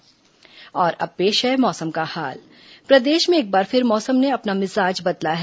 मौसम और अब पेश है मौसम का हाल प्रदेश में एक बार फिर मौसम ने अपना मिजाज बदला है